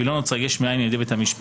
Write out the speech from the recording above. והיא אף לא נוצרה יש מאין על-ידי בית המשפט.